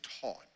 taught